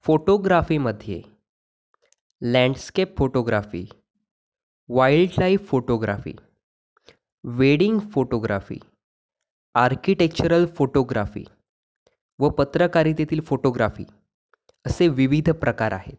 फोटोग्राफीमध्ये landscape photography wildlife photography wedding photography architectural photography व पत्रकारितेतील फोटोग्राफी असे विविध प्रकार आहेत